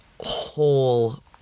whole